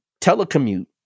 telecommute